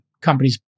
companies